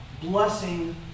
blessing